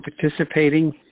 participating